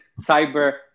cyber